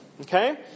Okay